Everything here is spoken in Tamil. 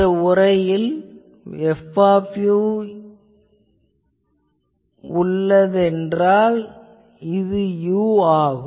இந்த உரையில் F உள்ளதென்றால் இது u ஆகும்